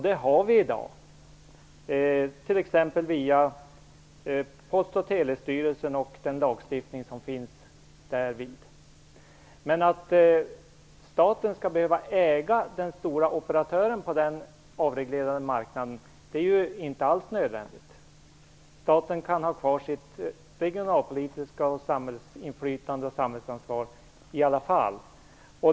Det har vi i dag, t.ex. via Postoch telestyrelsen och den lagstiftning som finns. Men att staten skall behöva äga den stora operatören på den avreglerade marknaden är inte alls nödvändigt. Staten kan ha kvar sitt regionalpolitiska ansvar och sitt samhällsinflytande och samhällsansvar i alla fall.